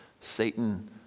Satan